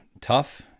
tough